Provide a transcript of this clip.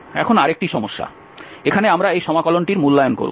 এখন আরেকটি সমস্যা এখানে আমরা এই সমাকলনটির মূল্যায়ন করব